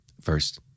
First